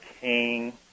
King